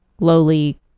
lowly